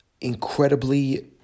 incredibly